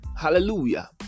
Hallelujah